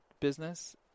business